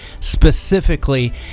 specifically